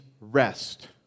rest